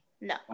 No